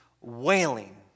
wailing